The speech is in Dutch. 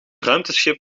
ruimteschip